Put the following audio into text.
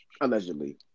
allegedly